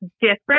different